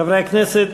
חברי הכנסת,